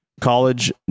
College